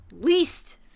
least